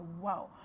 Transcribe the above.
wow